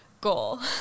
goal